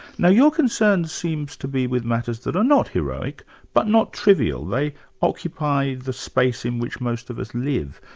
now your concern seems to be with matters that are not heroic but not trivial they occupy the space in which most of us live.